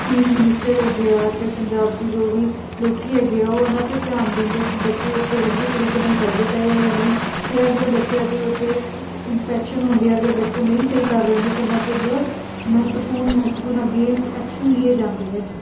chief minister ਹੈਗੇ ਆ ਅਤੇ ਪੰਜਾਬ ਦੀ ਜੋ ਵੀ ਲੋਕ ਹੈਗੇ ਆ ਉਹ ਇਹਨਾਂ 'ਤੇ ਧਿਆਨ ਦਿੰਦੇ ਕਿ ਬੱਚੇ ਇੱਥੇ ਵਧੀਆ ਤਰੀਕੇ ਨਾਲ ਪੜ੍ਹਦੇ ਪਏ ਆ ਜਾਂ ਨਹੀਂ ਜਾਂ ਅਗਰ ਬੱਚਿਆਂ 'ਤੇ ਉੱਥੇ ਇੰਸਪੈਕਸ਼ਨ ਹੁੰਦੇ ਆ ਅਗਰ ਬੱਚੇ ਨਹੀਂ ਸਹੀ ਕਰ ਰਹੇ ਹੁੰਦੇ ਤਾਂ ਉਹਨਾਂ 'ਤੇ ਬਹੁਤ ਮਹੱਤਵਪੂਰਨ ਮਹੱਤਵਪੂਰਨ ਅਗੇਂਸਟ ਐਕਸ਼ਨ ਲੀਏ ਜਾਂਦੇ ਹੈ ਇੱਧਰ